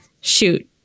Shoot